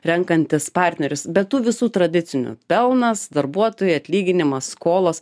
renkantis partnerius be tų visų tradicinių pelnas darbuotojai atlyginimas skolos